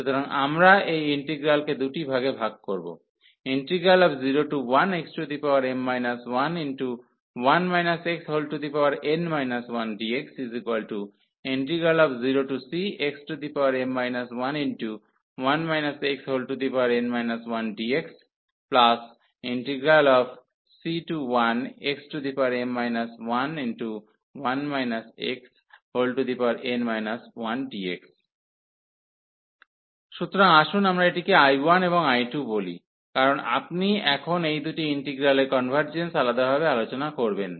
সুতরাং আমরা এই ইন্টিগ্রালকে দুটি ভাগে ভাগ করব 01xm 11 xn 1dx0cxm 11 xn 1dx⏟I1c1xm 11 xn 1dx⏟I2 সুতরাং আসুন আমরা এটিকে I1 এবং I2 বলি কারণ আপনি এখন এই দুটি ইন্টিগ্রালের কনভার্জেন্স আলাদাভাবে আলোচনা করবেন